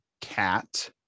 cat